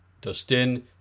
Dustin